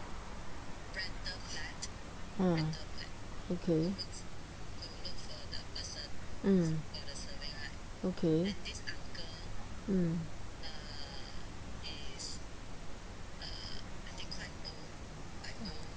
mm okay mm okay mm